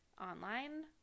online